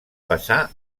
passar